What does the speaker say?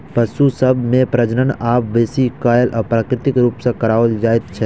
पशु सभ मे प्रजनन आब बेसी काल अप्राकृतिक रूप सॅ कराओल जाइत छै